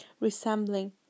resembling